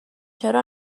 چرا